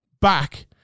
back